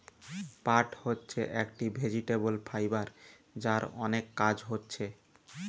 পাট হচ্ছে একটি ভেজিটেবল ফাইবার যার অনেক কাজ হচ্ছে